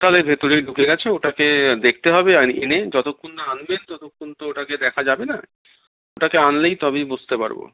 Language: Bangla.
তাহলে ভেতরেই ঢকে গেছে ওটাকে দেখতে হবে আর এনে যতক্ষণ না আনবেন ততক্ষণ তো ওটাকে দেখা যাবে না ওটাকে আনলেই তবেই বুঝতে পারবো